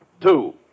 Two